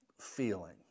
feeling